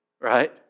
right